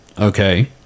Okay